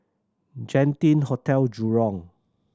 Genting Hotel Jurong